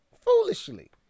Foolishly